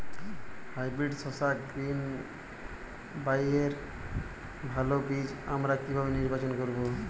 Hybrid শসা গ্রীনবইয়ের ভালো বীজ আমরা কিভাবে নির্বাচন করব?